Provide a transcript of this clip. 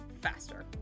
faster